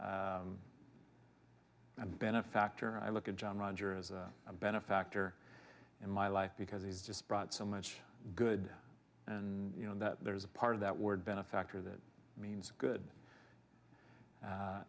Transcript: and benefactor i look at john roger as a benefactor in my life because he's just brought so much good and you know that there is a part of that word benefactor that means good